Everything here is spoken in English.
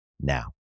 now